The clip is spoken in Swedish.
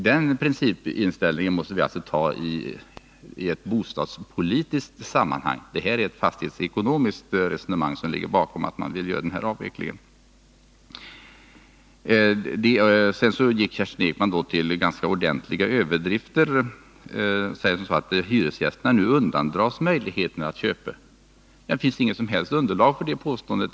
Den principdebatten måste vi ta i ett bostadspolitiskt sammanhang. Det är ett fastighetsekonomiskt resonemang som ligger bakom att man vill göra den avveckling som det nu är fråga om. Sedan gick Kerstin Ekman till ganska ordentliga överdrifter. Hon sade att hyresgästerna nu undandras möjligheterna att köpa fastigheterna. Det finns inget som helst underlag för det påståendet.